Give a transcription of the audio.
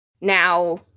Now